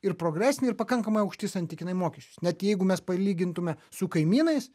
ir progresinė ir pakankamai aukšti santykinai mokesčiai net jeigu mes palygintume su kaimynais